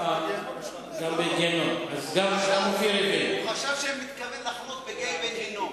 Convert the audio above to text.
הוא חשב שהוא מתכוון לחנות בגיא-בן-הינום.